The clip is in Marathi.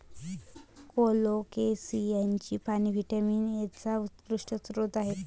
कोलोकेसियाची पाने व्हिटॅमिन एचा उत्कृष्ट स्रोत आहेत